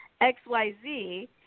XYZ